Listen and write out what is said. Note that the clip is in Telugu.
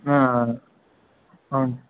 అవును